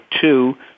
two